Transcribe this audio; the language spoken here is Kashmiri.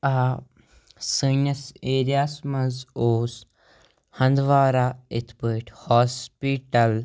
آ سٲنِس ایریاہَس منٛز اوس ہنٛدوارہ اِتھ پٲٹھۍ ہاسپِٹَل